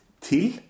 Til